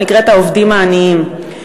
שנקראת "העובדים העניים",